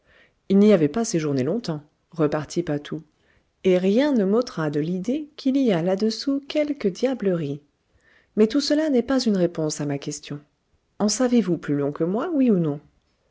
il n'y avait pas séjourné longtemps repartit patou et rien ne m'ôtera de l'idée qu'il y a là-dessous quelque diablerie mais tout cela n'est pas une réponse à ma question en savez-vous plus long que moi oui ou non